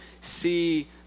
see